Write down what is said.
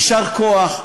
יישר כוח,